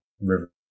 River